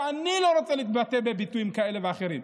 אני לא רוצה להתבטא בביטויים כאלה ואחרים,